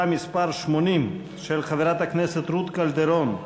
מס' 80 של חברת הכנסת רות קלדרון.